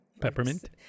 peppermint